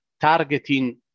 targeting